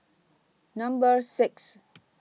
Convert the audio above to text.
Number six